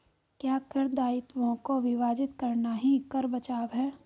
क्या कर दायित्वों को विभाजित करना ही कर बचाव है?